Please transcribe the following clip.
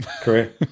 career